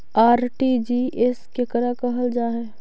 RTGS केकरा कहल जा है?